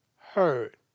heard